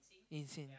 rinsing